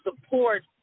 support